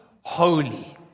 holy